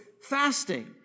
fasting